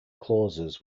clauses